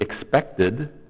expected